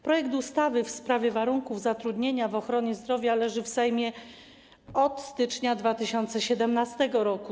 Projekt ustawy w sprawie warunków zatrudnienia w ochronie zdrowia leży w Sejmie od stycznia 2017 r.